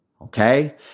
Okay